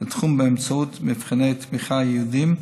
לתחום באמצעות מבחני תמיכה ייעודיים.